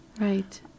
Right